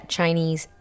Chinese